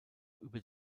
über